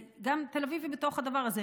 תל אביב היא בתוך הדבר הזה,